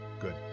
good